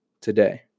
today